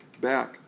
back